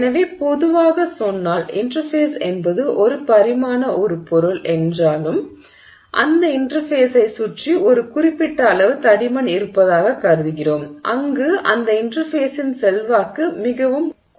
எனவே பொதுவாக சொன்னால் இன்டெர்ஃபேஸ் என்பது இரு பரிமாண உருபொருள் என்றாலும் அந்த இன்டெர்ஃபேஸைச் சுற்றி ஒரு குறிப்பிட்ட அளவு தடிமன் இருப்பதாகக் கருதுகிறோம் அங்கு அந்த இன்டெர்ஃபேஸின் செல்வாக்கு மிகவும் குறிப்பிடத்தக்கதாகும்